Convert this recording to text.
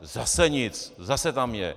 Zase nic, zase tam je.